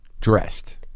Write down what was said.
Dressed